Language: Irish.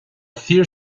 fíor